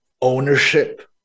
ownership